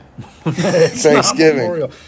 Thanksgiving